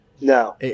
No